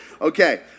Okay